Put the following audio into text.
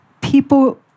people